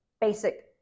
basic